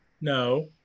No